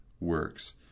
works